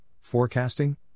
Forecasting